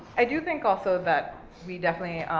i do think also that we definitely,